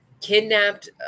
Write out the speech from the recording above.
kidnapped